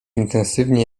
intensywnie